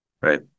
right